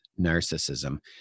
narcissism